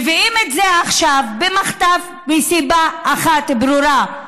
מביאים את זה עכשיו במחטף מסיבה אחת ברורה: